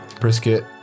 brisket